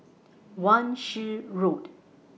Wan Shih Road